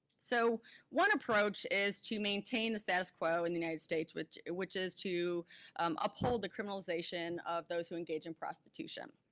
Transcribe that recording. so one approach is to maintain the status quo in the united states, which which is to uphold the criminalization of those who engage in prostitution.